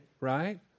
right